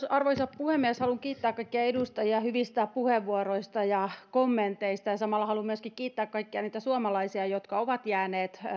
arvoisa puhemies haluan kiittää kaikkia edustajia hyvistä puheenvuoroista ja kommenteista ja samalla haluan myöskin kiittää kaikkia niitä suomalaisia jotka ovat jääneet